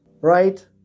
right